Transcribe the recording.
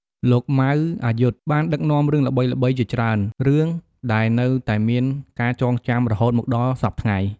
លោក ម៉ៅ អាយុទ្ធ បានដឹកនាំរឿងល្បីៗជាច្រើនរឿងដែលនៅតែមានការចងចាំរហូតមកដល់សព្វថ្ងៃ។